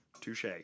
touche